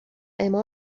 اما